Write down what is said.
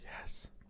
Yes